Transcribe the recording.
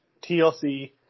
TLC